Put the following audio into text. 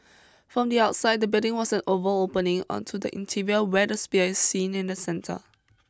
from the outside the building was an oval opening onto the interior where the sphere is seen in the centre